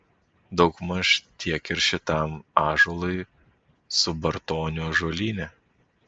daugmaž tiek ir šitam ąžuolui subartonių ąžuolyne